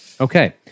Okay